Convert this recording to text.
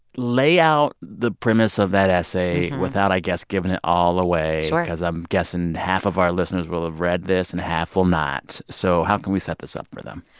lay out the premise of that essay without, i guess, giving it all away. sure. because i'm guessing half of our listeners will have read this and half will not. so how can we set this up for them?